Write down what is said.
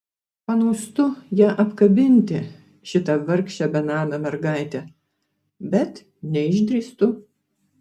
panūstu ją apkabinti šitą vargšę benamę mergaitę bet neišdrįstu